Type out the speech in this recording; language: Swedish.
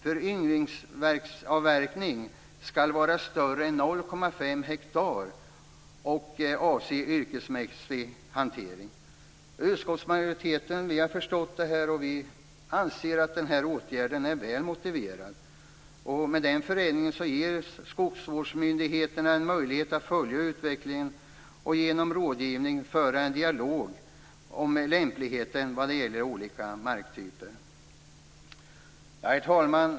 Föryngringsavverkning skall vara större än 0,5 hektar och avse yrkesmässig hantering. Utskottsmajoriteten har förstått det här, och vi anser att den här åtgärden är väl motiverad. Med den förändringen ges skogsvårdsmyndigheterna en möjlighet att följa utvecklingen och genom rådgivning föra en dialog om lämpligheten vad gäller olika marktyper. Herr talman!